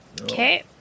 Okay